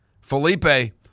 Felipe